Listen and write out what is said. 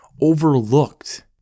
overlooked